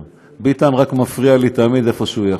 ביטן רק מפריע לי תמיד איפה שהוא יכול.